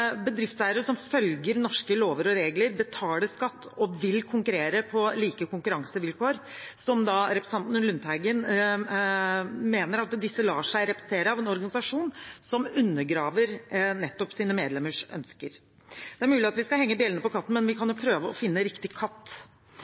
bedriftseiere som følger norske lover og regler, betaler skatt og vil konkurrere på like konkurransevilkår, representanten Lundteigen mener lar seg representere av en organisasjon som undergraver sine medlemmers ønsker. Det er mulig vi skal henge bjella på katten, men vi kan jo prøve å finne riktig katt.